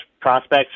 prospects